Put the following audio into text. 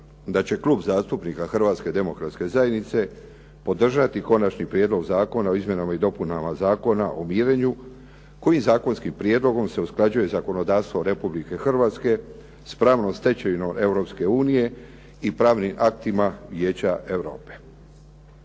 da će Klub zastupnika Hrvatske demokratske zajednice podržati Konačni prijedlog zakona o izmjenama i dopunama Zakona o mirenju kojim zakonskim prijedlogom se usklađuje zakonodavstvo Republike Hrvatske s pravnom stečevinom Europske unije i pravnim aktima Vijeća Europe.